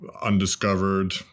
undiscovered